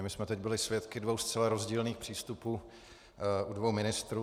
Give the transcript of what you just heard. My jsme teď byli svědky dvou zcela rozdílných přístupů u dvou ministrů.